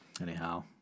Anyhow